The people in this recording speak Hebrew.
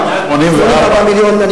84 מיליון.